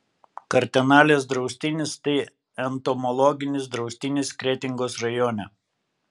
kartenalės draustinis tai entomologinis draustinis kretingos rajone